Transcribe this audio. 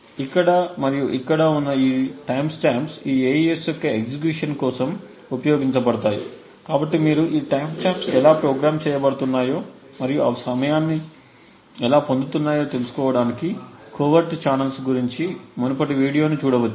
ఇక్కడ మరియు ఇక్కడ ఉన్న ఈ టైమ్ స్టాంప్స్ ఈ AES యొక్క ఎగ్జిక్యూషన్ టైమ్కోసం ఉపయోగించబడతాయి కాబట్టి మీరు ఈ టైమ్ స్టాంప్స్ ఎలా ప్రోగ్రామ్ చేయబడుతున్నాయో మరియు అవి సమయాన్ని పొందుతున్నాయో తెలుసుకోవడానికి కోవెర్ట్ ఛానెల్స్ గురించి మునుపటి వీడియోను చూడవచ్చు